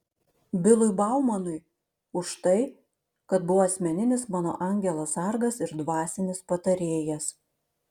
bilui baumanui už tai kad buvo asmeninis mano angelas sargas ir dvasinis patarėjas